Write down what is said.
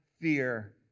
fear